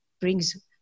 brings